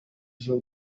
z’u